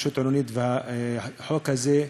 התחדשות עירונית והחוק הזה,